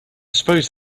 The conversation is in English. suppose